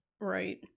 Right